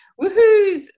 woohoos